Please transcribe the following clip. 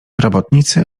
robotnicy